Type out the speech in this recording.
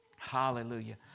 Hallelujah